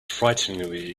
frighteningly